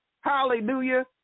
Hallelujah